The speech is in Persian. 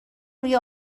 روی